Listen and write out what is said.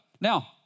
Now